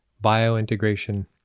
bio-integration